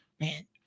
Man